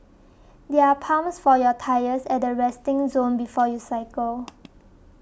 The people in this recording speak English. there are pumps for your tyres at the resting zone before you cycle